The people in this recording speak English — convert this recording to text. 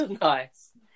nice